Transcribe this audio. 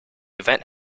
event